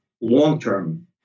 long-term